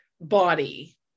body